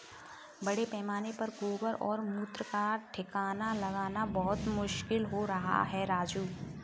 बड़े पैमाने पर गोबर और मूत्र का ठिकाना लगाना बहुत मुश्किल हो रहा है राजू